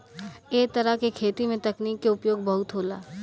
ऐ तरह के खेती में तकनीक के उपयोग बहुत होला